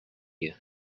you